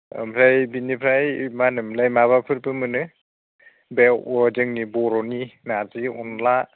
ओमफ्राय बिनिफ्राय मा होनोमोनलाय माबाफोरबो मोनो बे जोंनि बर'नि नारजि अनला